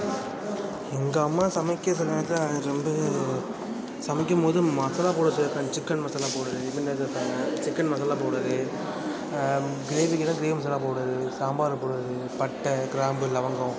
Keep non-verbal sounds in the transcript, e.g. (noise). எங்கள் அம்மா சமைக்கிறதை நினைச்சா எனக்கு ரொம்பவே சமைக்கும் போது மசாலா பவுடர் சேர்ப்பேன் சிக்கன் மசாலாப் பவுடரு (unintelligible) சிக்கன் மசாலாப் பவுடரு கிரேவிக்குனா gravy masala powder sambar powder பட்டை கிராம்பு லவங்கம்